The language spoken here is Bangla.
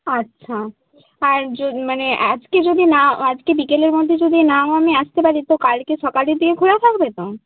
আচ্ছা আর যদি মানে আজকে যদি না আজকে বিকেলের মধ্যে যদি নাও আমি আসতে পারি তো কালকে সকালের দিকে খোলা থাকবে তো